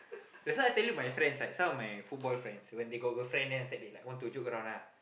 that's why I tell you my friends right some of my football friends when they got girlfriend then after that like they want to joke around ah